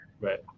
Right